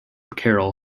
carroll